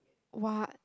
what